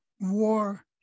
war